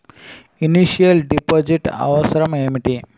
Initial deposit అవసరం ఏమిటి?